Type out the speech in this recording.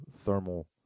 thermal